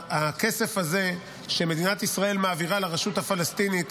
הכסף הזה שמדינת ישראל מעבירה לרשות הפלסטינית